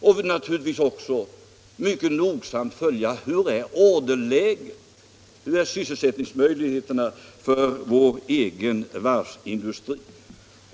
Vi har naturligtvis också försökt att mycket nogsamt följa hur orderläget och sysselsättningsmöjligheterna är i vår egen varvsindustri.